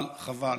חבל, חבל.